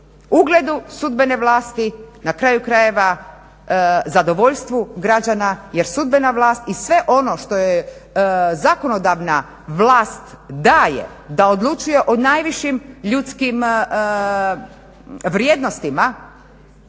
ugledu sudbene vlasti na kraju krajeva zadovoljstvu građana jer sudbena vlast i sve ono što je zakonodavna vlast daje da odlučuje o najvišim ljudskim vrijednostima,